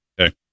Okay